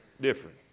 different